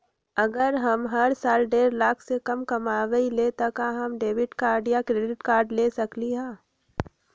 अगर हम हर साल डेढ़ लाख से कम कमावईले त का हम डेबिट कार्ड या क्रेडिट कार्ड ले सकली ह?